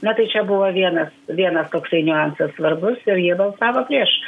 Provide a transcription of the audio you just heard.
na tai čia buvo vienas vienas toksai niuansas svarbus ir jie balsavo prieš